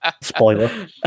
Spoiler